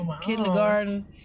kindergarten